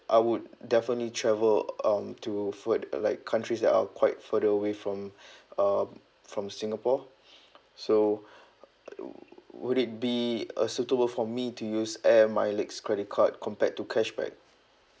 I would definitely travel um to food uh like countries that are quite further away from uh from singapore so would it be a suitable for me to use air miles credit card compared to cashback